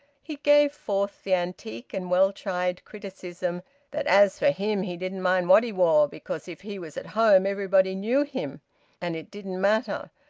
he gave forth the antique and well-tried witticism that as for him he didn't mind what he wore, because if he was at home everybody knew him and it didn't matter,